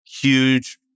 huge